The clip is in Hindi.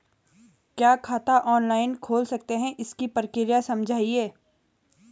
क्या खाता ऑनलाइन खोल सकते हैं इसकी प्रक्रिया समझाइए?